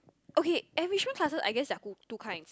okay enrichment classes I guess there are two two kinds